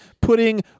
putting